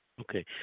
okay